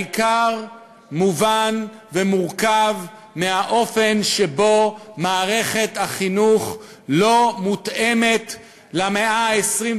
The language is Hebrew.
העיקר מובן ומורכב מהאופן שבו מערכת החינוך לא מותאמת למאה ה-21